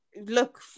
Look